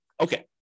Okay